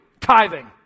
tithing